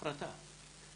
הפרטה.